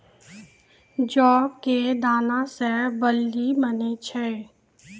जौ कॅ दाना सॅ बार्ली बनै छै